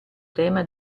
tema